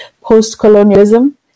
post-colonialism